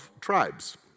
tribes